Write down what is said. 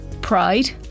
Pride